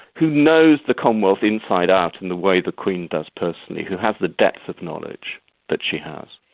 who knows the commonwealth inside out in the way the queen does personally? who has the depth of knowledge that she has?